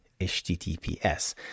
https